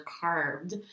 carved